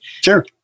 Sure